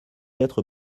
être